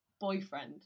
Boyfriend